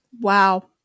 wow